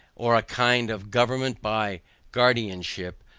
or a kind of government by guardianship,